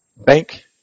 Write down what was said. Bank